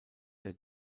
der